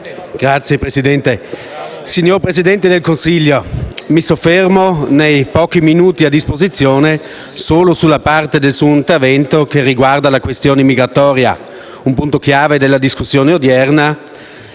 Signor Presidente, signor Presidente del Consiglio, nei pochi minuti a mia disposizione mi soffermerò solo sulla parte del suo intervento che riguarda la questione migratoria, un punto chiave della discussione odierna